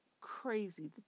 crazy